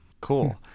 Cool